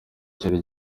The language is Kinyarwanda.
cyari